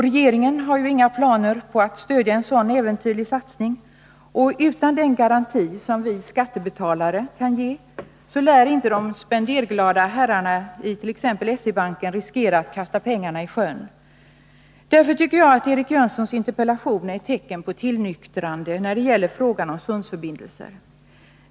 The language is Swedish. Regeringen har ju inga planer på att stödja en sådan äventyrlig satsning, och utan den garanti som vi skattebetalare kan ge lär inte de spenderglada herrarna i t.ex. SE-banken riskera att kasta pengarna i sjön. Därför tycker jag att Eric Jönssons interpellation är ett tecken på tillnyktrande när det gäller frågan om sundsförbindelser.